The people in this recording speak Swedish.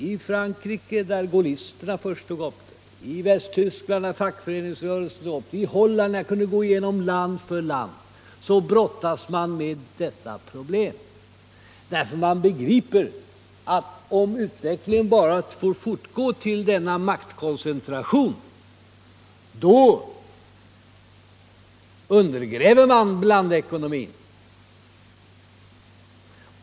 I Frankrike, där gaullisterna först tog upp det, i Västtyskland, där fackföreningsrörelsen tog upp det, i Holland osv. — jag kunde gå igenom land för land — brottas man med detta problem. Man begriper att om utvecklingen bara får fortgå till denna maktkoncentration, undergrävs blandekonomin.